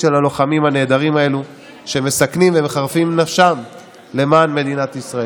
ביורוקרטיה ובדיקות ומבחנים בטרם נותנים להם את האישור ואת